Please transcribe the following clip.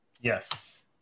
Yes